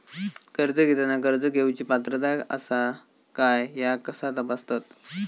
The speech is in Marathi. कर्ज घेताना कर्ज घेवची पात्रता आसा काय ह्या कसा तपासतात?